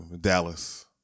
Dallas